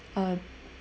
uh